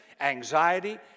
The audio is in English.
anxiety